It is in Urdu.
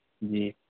جی